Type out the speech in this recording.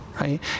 Right